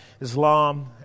Islam